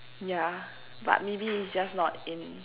yeah but maybe it's just not in